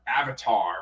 Avatar